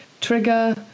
trigger